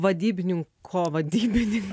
vadybininko vadybinin